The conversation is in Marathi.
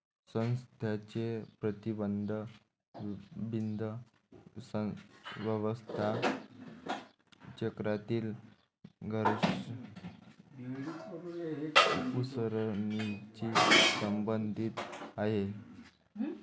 संस्थांचे प्रतिबिंब व्यवसाय चक्रातील घसरणीशी संबंधित आहे